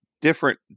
different